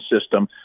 system